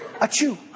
Achoo